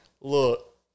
Look